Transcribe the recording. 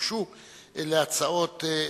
באושוויץ,